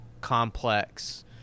complex